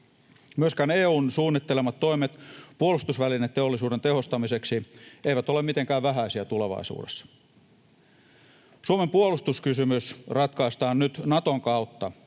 Myöskään EU:n suunnittelemat toimet puolustusvälineteollisuuden tehostamiseksi eivät ole mitenkään vähäisiä tulevaisuudessa. Suomen puolustuskysymys ratkaistaan nyt Naton kautta,